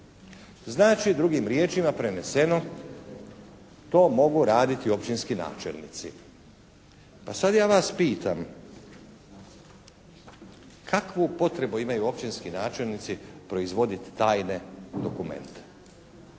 Znači, drugim riječima preneseno to mogu raditi općinski načelnici. Pa sada ja vas pitam kakvu potrebu imaju općinski načelnici proizvoditi tajne dokumente